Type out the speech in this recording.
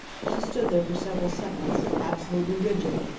she stood there for several seconds, absolutely rigid,